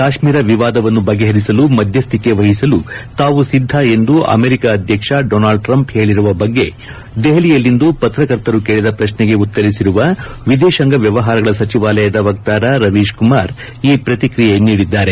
ಕಾಶ್ನೀರ ವಿವಾದವನ್ನು ಬಗೆಹರಿಸಲು ಮಧ್ಯಸ್ಥಿಕೆ ವಹಿಸಲು ತಾವು ಸಿದ್ದ ಎಂದು ಅಮೆರಿಕಾ ಅಧ್ಯಕ್ಷ ಡೊನಾಲ್ಡ್ ಟ್ರಂಪ್ ಹೇಳಿರುವ ಬಗ್ಗೆ ದೆಹಲಿಯಲ್ಲಿಂದು ಪತ್ರಕರ್ತರು ಕೇಳಿದ ಪ್ರಶ್ನೆಗೆ ಉತ್ತರಿಸಿರುವ ವಿದೇಶಾಂಗ ವ್ಯವಹಾರಗಳ ಸಚಿವಾಲಯದ ವಕ್ತಾರ ರವೀಶ್ಕುಮಾರ್ ಈ ಪ್ರತಿಕ್ರಿಯೆ ನೀಡಿದ್ದಾರೆ